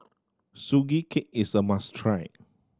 Sugee Cake is a must try